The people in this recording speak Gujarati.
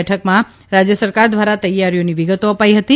બેઠકમાં રાજય સરકાર દ્વારા તૈયારીઓની વિગતો અપાઇ હતી